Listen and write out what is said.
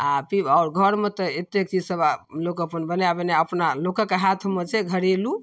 आओर पीब घरमे तऽ एतेक चीजसब आब लोक अपन बना बना अपना लोकके हाथमे छै घरेलू